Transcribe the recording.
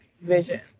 vision